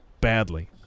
Badly